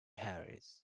harris